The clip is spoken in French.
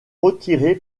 retiré